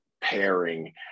pairing